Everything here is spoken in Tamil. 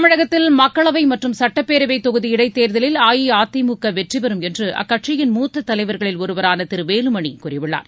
தமிழகத்தில் மக்களவை மற்றும் சட்டப்பேரவைத் தொகுதி இடைத்தேர்தலில் அஇஅதிமுக வெற்றி பெறும் என்று அக்கட்சியின் மூத்த தலைவர்களில் ஒருவரான திரு வேலுமணி கூறியுள்ளார்